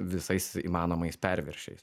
visais įmanomais perviršiais